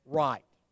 right